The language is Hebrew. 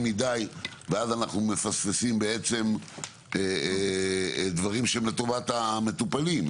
מדי מה שגורם לכך שאנחנו מפספסים דברים שהם לטובת המטופלים.